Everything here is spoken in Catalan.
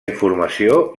informació